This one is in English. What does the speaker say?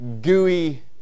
gooey